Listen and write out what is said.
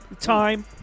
time